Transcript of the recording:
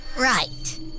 Right